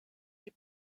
die